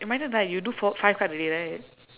my turn right you do four five card already right